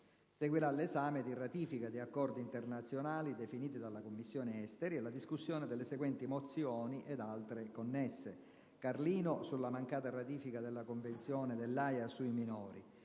Seguirà l'esame di ratifiche di accordi internazionali definite dalla Commissione affari esteri e la discussione delle seguenti mozioni, ed altre connesse: Carlino, sulla mancata ratifica della Convenzione dell'Aja sui minori;